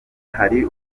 hari